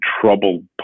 troubled